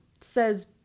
says